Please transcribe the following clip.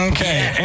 Okay